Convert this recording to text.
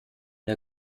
der